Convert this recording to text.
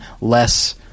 less